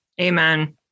amen